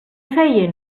feien